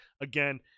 Again